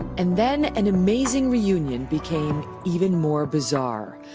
and then an amazing reunion became even more bizarre.